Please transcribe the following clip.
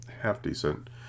half-decent